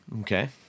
Okay